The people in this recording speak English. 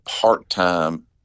part-time